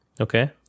okay